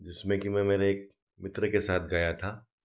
जिसमें कि मैं मेरे एक मित्र के साथ गया था